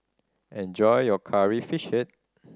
enjoy your Curry Fish Head